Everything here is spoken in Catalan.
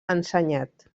ensenyat